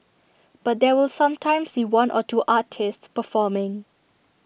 but there will sometimes be one or two artists performing